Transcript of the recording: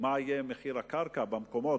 מה יהיה מחיר הקרקע במקומות,